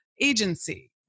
agency